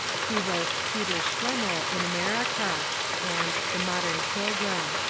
he wrote peter schlemihl in america and the modem pil grim.